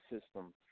system